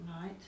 Right